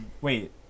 wait